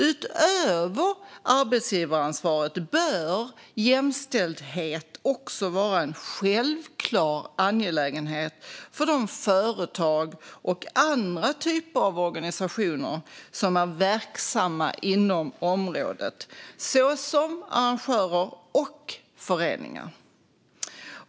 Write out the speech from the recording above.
Utöver arbetsgivaransvaret bör jämställdhet också vara en självklar angelägenhet för de företag och andra typer av organisationer som är verksamma inom området, såsom arrangörer och föreningar.